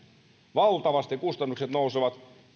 valtavasti kustannukset nousevat